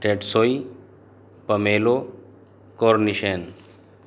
ٹیٹسوئی پمیلو کورنیشین